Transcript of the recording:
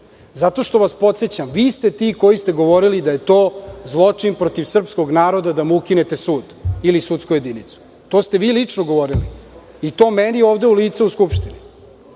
zato što vas podsećam, vi ste ti koji ste govorili da je to zločin protiv srpskog naroda, da mu ukinete sud ili sudsku jedinicu, to ste vi lično govorili i to meni ovde u lice u Skupštini.